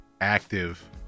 active